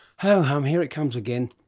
ho hum, here it comes again.